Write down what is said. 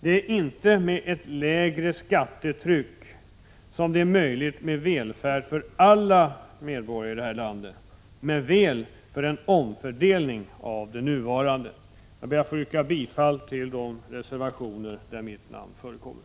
Det är inte ett lägre skattetryck som gör det möjligt med välfärd för alla medborgare i landet, men väl en omfördelning av det nuvarande. Jag yrkar bifall till de reservationer där mitt namn förekommer.